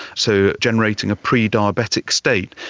so generating a prediabetic state.